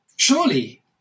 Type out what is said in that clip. Surely